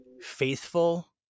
faithful